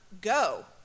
go